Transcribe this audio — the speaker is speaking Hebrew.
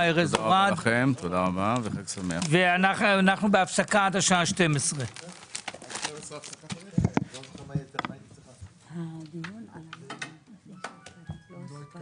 הישיבה ננעלה בשעה 11:35. הכנסת